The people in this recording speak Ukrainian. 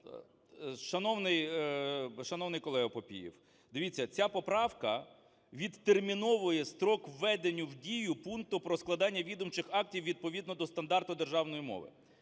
Шановний колегоПапієв, дивіться, ця поправка відтерміновує строк введення в дію пункту про складання відомчих актів відповідно до стандарту державної мови.